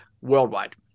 worldwide